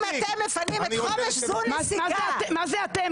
מה זה אתם?